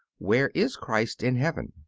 where is christ in heaven?